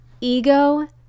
ego